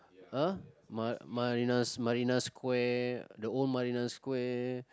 !huh! Mar~ Marina Marina Square the old Marina Square